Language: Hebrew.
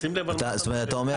זאת אומרת,